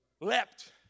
leapt